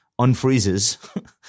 unfreezes